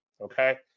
okay